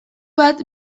bat